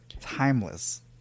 timeless